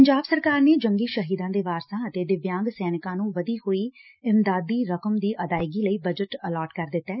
ਪੰਜਾਬ ਸਰਕਾਰ ਨੇ ਜੰਗੀ ਸ਼ਹੀਦਾਂ ਦੇ ਵਾਰਸਾਂ ਅਤੇ ਦਿਵਿਆਂਗ ਸੈਨਿਕਾਂ ਨੰ ਵਧੀ ਹੋਈ ਇਮਦਾਦੀ ਰਕਮ ਦੀ ਅਦਾਇਗੀ ਲਈ ਬਜਟ ਅਲਾਟ ਕਰ ਦਿੱਤੈ